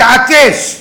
התעקש,